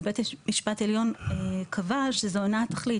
ובית המשפט העליון קבע שזו אינה התכלית.